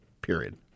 period